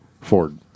Ford